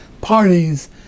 parties